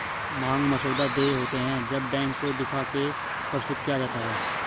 मांग मसौदा देय होते हैं जब बैंक को दिखा के प्रस्तुत किया जाता है